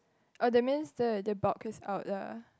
oh that means the the bulk is out ah